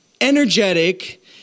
energetic